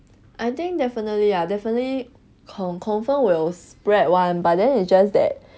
I think definitely ya definitely con~ confirm will spread [one] but then it's just that